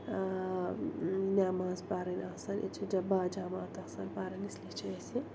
نٮ۪ماز پَرٕنۍ آسان ییٚتہِ چھِ باجماعت آسان پَرٕنۍ اِسلیے چھِ أسۍ یہِ